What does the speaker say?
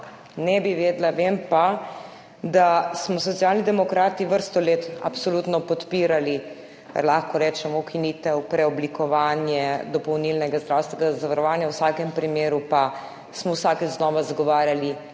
ne bi vedela. Vem pa, da smo Socialni demokrati vrsto let absolutno podpirali, lahko rečem, ukinitev, preoblikovanje dopolnilnega zdravstvenega zavarovanja, v vsakem primeru pa smo vsakič znova zagovarjali